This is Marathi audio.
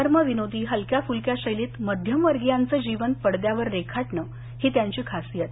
नर्मविनोदी हलक्याफुलक्या शैलीत मध्यम वर्गीयांचं जीवन पडद्यावर रेखाटणं ही त्यांची खासियत